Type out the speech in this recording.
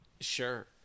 Sure